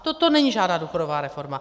Toto není žádná důchodová reforma.